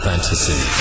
Fantasy